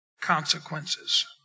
consequences